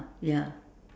ya